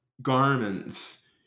garments